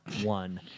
one